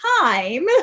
time